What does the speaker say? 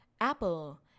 Apple